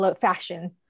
fashion